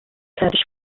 kurdish